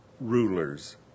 rulers